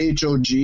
HOG